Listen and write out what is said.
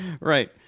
Right